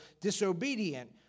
disobedient